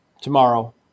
tomorrow